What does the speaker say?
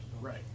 Right